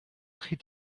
très